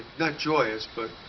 not joyous, but.